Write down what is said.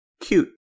cute